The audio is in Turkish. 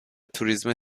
turizme